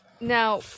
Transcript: Now